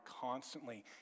constantly